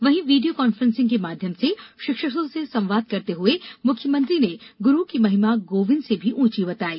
वहीं video conferencing के माध्यम से शिक्षकों से संवाद करते हुए मुख्यमंत्री ने गुरु की महिमा गोविन्द से भी ऊँची बताई